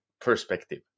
perspective